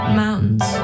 mountains